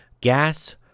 Gas